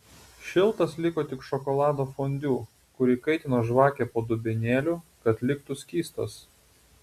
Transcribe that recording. šiltas liko tik šokolado fondiu kurį kaitino žvakė po dubenėliu kad liktų skystas